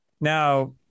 Now